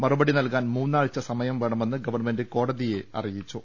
മറുപടി നൽകാൻ മൂന്നാഴ്ച സമയം വേണമെന്ന് ഗവൺമെന്റ് കോടതിയെ അറിയിച്ചു